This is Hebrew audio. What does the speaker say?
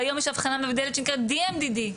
והיום יש אבחנה מבדלת שנקראת DMDD,